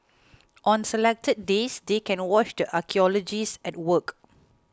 on selected days they can watch the archaeologists at work